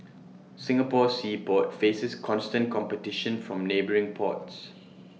Singapore's sea port faces constant competition from neighbouring ports